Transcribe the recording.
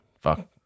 Fuck